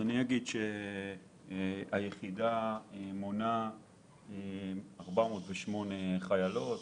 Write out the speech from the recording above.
שלום לכולם, אני אגיד שהיחידה מונה 408 חיילות,